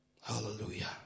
Hallelujah